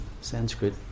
Sanskrit